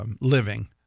living